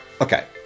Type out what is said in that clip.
Okay